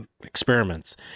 experiments